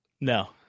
No